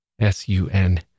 S-U-N